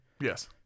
Yes